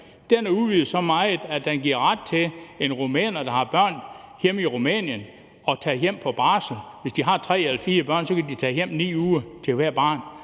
her, er udvidet så meget, at den giver ret til, at rumænere, der har børn hjemme i Rumænien, kan tage hjem på barsel. Hvis de har tre eller fire børn, kan de tage hjem i 9 uger for hvert barn.